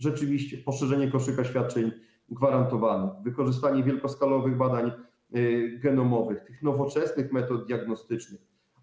Rzeczywiście, poszerzenie koszyka świadczeń gwarantowanych, wykorzystanie wielkoskalowych badań genomowych, nowoczesnych metod diagnostycznych.